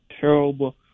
terrible